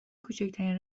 کوچکترین